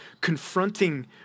confronting